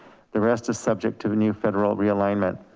the rest is subject to the new federal realignment.